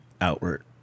outward